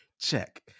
check